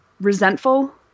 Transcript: resentful